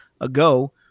ago